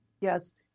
Yes